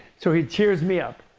so he cheers me up.